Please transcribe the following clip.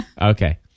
Okay